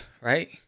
right